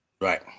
Right